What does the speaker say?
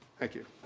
thank you.